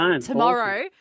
tomorrow